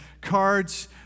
cards